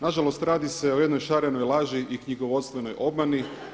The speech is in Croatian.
Nažalost radi se o jednoj šarenoj laži i knjigovodstvenoj obmani.